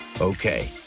Okay